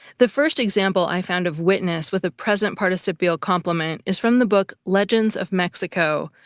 the first example i found of witness with a present participial complement is from the book legends of mexico,